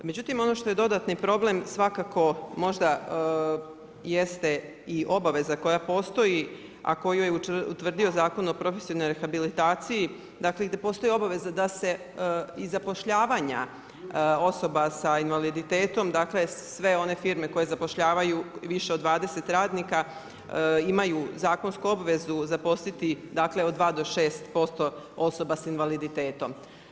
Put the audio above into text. Međutim ono što je dodatni problem svakako možda jeste i obaveza koja postoji, a koju je utvrdio Zakon o profesionalnoj rehabilitaciji gdje postoji obaveza da se i zapošljavanja osoba s invaliditetom, dakle sve one firme koje zapošljavaju više od 20 radnika imaju zakonsku obvezu zaposliti od 2 do 6% osoba sa invaliditetom.